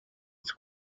its